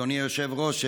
אדוני היושב-ראש,